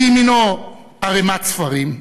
מימינו ערמת ספרים,